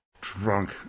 drunk